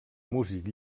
músic